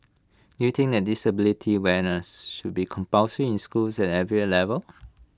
do you think the disability awareness should be compulsory in schools at every level